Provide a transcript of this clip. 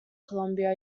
columbia